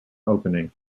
opening